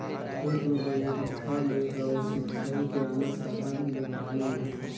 खेत में बइरखा ले अउ सिंचई के आने साधन ले पानी मिलथे